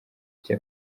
icyo